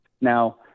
Now